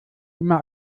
immer